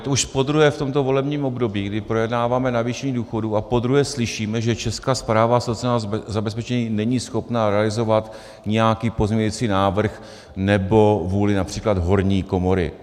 Je to už podruhé v tomto volebním období, kdy projednáváme navýšení důchodů, a podruhé slyšíme, že Česká správa sociálního zabezpečení není schopná realizovat nějaký pozměňovací návrh nebo vůli např. horní komory.